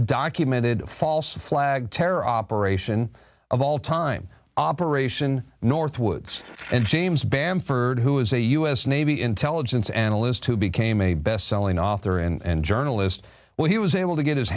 documented false flag terror operation of all time operation northwoods and james bamford who is a u s navy intelligence analyst who became a best selling author and journalist well he was able to get his